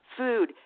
food